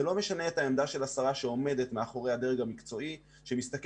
זה לא משנה את העמדה של השרה שעומדת מאחורי הדרג המקצועי שמסתכל